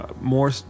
more